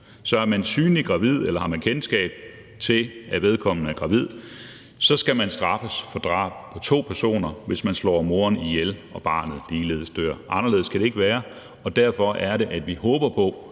Så er en kvinde synligt gravid, eller har man kendskab til, at en kvinde er gravid, skal man straffes for drab på to personer, hvis man slår moren ihjel og barnet ligeledes dør. Anderledes kan det ikke være, og derfor er det, at vi håber på,